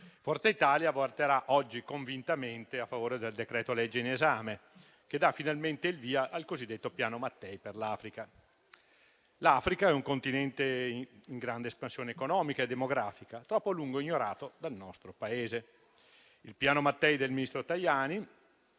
Forza Italia voterà oggi convintamente a favore del decreto-legge in esame che dà finalmente il via al cosiddetto Piano Mattei per l'Africa. L'Africa è un continente in grande espansione economica e demografica, troppo a lungo ignorato dal nostro Paese. Il Piano Mattei del ministro Tajani,